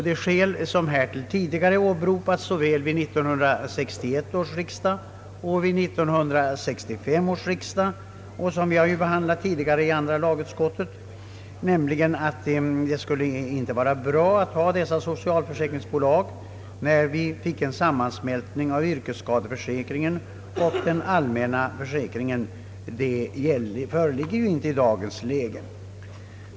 Det skäl härtill som åberopats i riksdagen 1961 och 1965 och som vi behandlat tidigare i andra lagutskottet, nämligen att det inte skulle vara bra att ha dessa socialförsäkringsbolag när vi fick en sammansmältning av yrkesskadeförsäkringen och den allmänna försäkringen, föreligger inte i dagens läge.